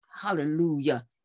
Hallelujah